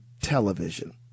television